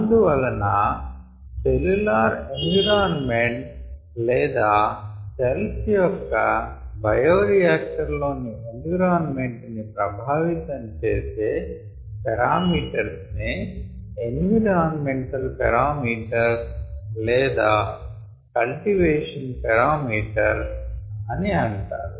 అందువలన cellular environment లేదా cells యొక్క బయోరియాక్టర్ లోని ఎన్విరాన్మెంట్ ని ప్రభావితం చేసే పారామీటర్స్ నే ఎన్విరాన్మెంటల్ పెరామీటర్స్ లేదా కల్టివేషన్ పారామీటర్స్ అని అంటారు